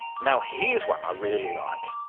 now, here's one i really like,